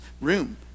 room